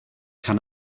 can